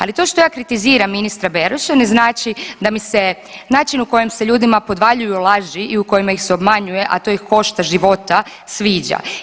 Ali to što ja kritiziram ministra Beroša ne znači da mi se način na koji se ljudima podvaljuju laži i u kojima ih se obmanjuje, a to ih košta života sviđa.